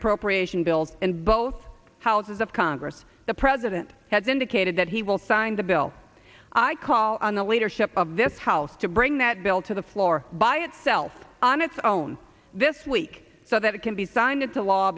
appropriation bills in both houses of congress the president has indicated that he will sign the bill i call on the leadership of this house to bring that bill to the floor by itself on its own this week so that it can be signed into law